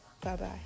Bye-bye